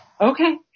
Okay